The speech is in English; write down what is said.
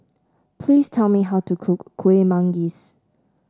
please tell me how to cook Kuih Manggis